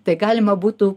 tai galima būtų